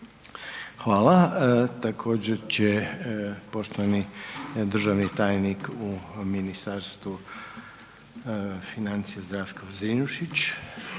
Hvala. Također će poštovani državni tajnik u Ministarstvu financija Zdravko Zrinušić